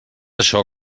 això